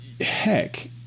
heck